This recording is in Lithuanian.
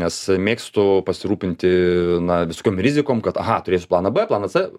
nes mėgstu pasirūpinti na visokiom rizikom kad aha turėsiu planą b planą c